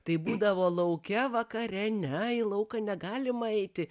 tai būdavo lauke vakare ne į lauką negalima eiti